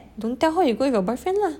don't tell her you go with your boyfriend lah